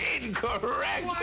incorrect